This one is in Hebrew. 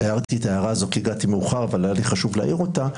הערתי את ההערה הזאת כי הגעתי מאוחר אבל היה לי חשוב להעיר אותה